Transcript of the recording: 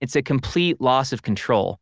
it's a complete loss of control